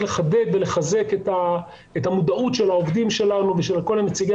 לחדד ולחזק את המודעות של העובדים שלנו ושל כל נציגי